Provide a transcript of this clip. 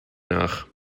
nach